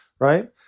right